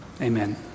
Amen